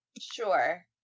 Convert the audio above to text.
Sure